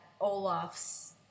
Olaf's